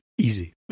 Easy